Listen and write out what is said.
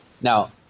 Now